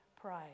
pray